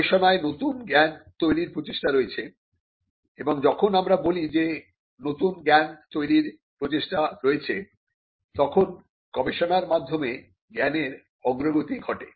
গবেষণায় নতুন জ্ঞান তৈরির প্রচেষ্টা রয়েছে এবং যখন আমরা বলি যে নতুন জ্ঞান তৈরির প্রচেষ্টা রয়েছে তখন গবেষণার মাধ্যমে জ্ঞানের অগ্রগতি ঘটে